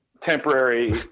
temporary